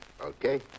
Okay